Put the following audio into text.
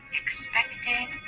expected